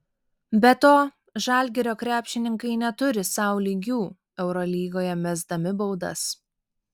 be to žalgirio krepšininkai neturi sau lygių eurolygoje mesdami baudas